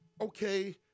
okay